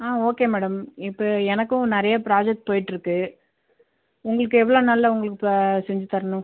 okay madam இப்போ எனக்கும் நெறையா ப்ராஜெக்ட் போயிட்டுருக்கு உங்களுக்கு எவ்வளோ நாளில் உங்களுக்கு ப்ரா செஞ்சு தரனும்